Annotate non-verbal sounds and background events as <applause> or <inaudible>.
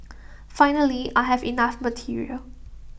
<noise> finally I have enough material